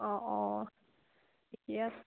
অঁ অঁ এতিয়া